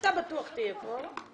אתה בטוח תהיה פה.